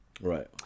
Right